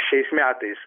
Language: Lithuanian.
šiais metais